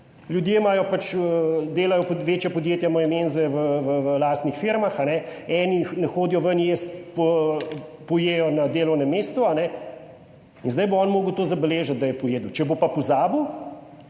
pač, delajo, večja podjetja imajo menze v lastnih firmah, eni ne hodijo ven jesti, pojejo na delovnem mestu. In zdaj bo on moral to zabeležiti, da je pojedel. Če bo pa pozabil,